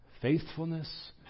Faithfulness